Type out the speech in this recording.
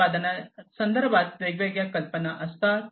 उत्पादनासंदर्भात लोकांच्या वेगवेगळ्या कल्पना असतात